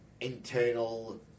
internal